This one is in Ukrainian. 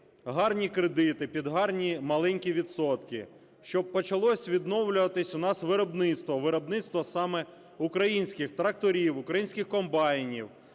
гарні кредити під гарні маленькі відсотки, щоб почалось відновлюватись у нас виробництво, виробництво саме українських тракторів, українських комбайнів.